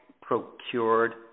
procured